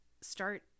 start